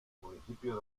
municipio